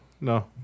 no